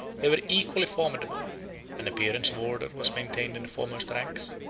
they were equally formidable an appearance of order was maintained in the foremost ranks,